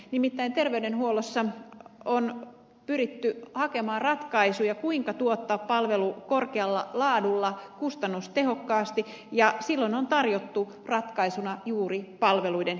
nimittäin terveydenhuollossa on pyritty hakemaan ratkaisuja kuinka tuottaa palvelu korkealla laadulla kustannustehokkaasti ja silloin on tarjottu ratkaisuna juuri palveluiden keskittämistä